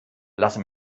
lasse